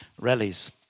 rallies